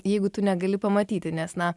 jeigu tu negali pamatyti nes na